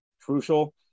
crucial